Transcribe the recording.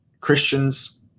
Christians